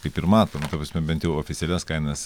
kaip ir matom ta prasme bent jau oficialias kainas